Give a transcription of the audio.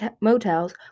motels